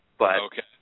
Okay